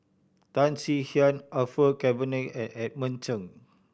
Tan Swie Hian Orfeur Cavenagh and Edmund Cheng